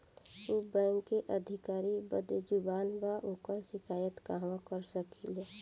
उ बैंक के अधिकारी बद्जुबान बा ओकर शिकायत कहवाँ कर सकी ले